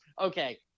Okay